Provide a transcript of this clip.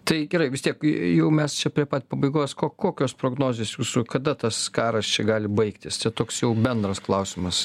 tai gerai vis tiek jau mes čia prie pat pabaigos ko kokios prognozės jūsų kada tas karas čia gali baigtis toks jau bendras klausimas